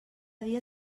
dia